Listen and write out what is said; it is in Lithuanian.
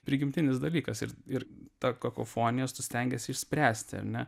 prigimtinis dalykas ir ir ta kakofonija stengiasi išspręsti ar ne